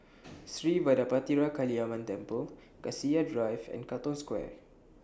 Sri Vadapathira Kaliamman Temple Cassia Drive and Katong Square